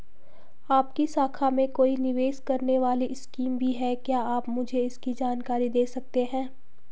आपकी शाखा में कोई निवेश करने वाली स्कीम भी है क्या आप मुझे इसकी जानकारी दें सकते हैं?